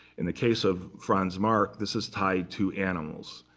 in the case of franz marc, this is tied to animals.